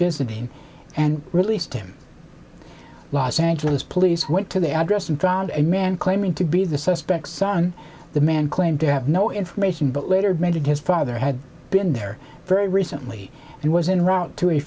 visiting and released him los angeles police went to the address and found a man claiming to be the suspect son the man claimed to have no information but later admitted his father had been there very recently and was en route to a